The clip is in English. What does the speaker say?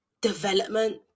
development